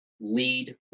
lead